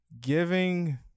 giving